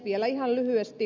vielä ihan lyhyesti